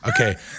Okay